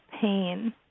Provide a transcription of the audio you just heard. pain